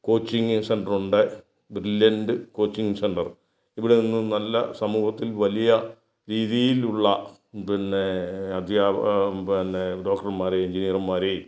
coaching സെൻറ്ററുണ്ട് brilliant coaching centre ഇവിടെ നിന്നും നല്ല സമൂഹത്തിൽ വലിയ രീതിയിലുള്ള പിന്നെ അദ്ധ്യാപകൻ പിന്നെ ഡോക്ടർമാരെയും എൻജിനീയർമാരെയും